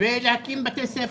ולהקים בתי ספר.